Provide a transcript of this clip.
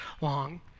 long